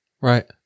Right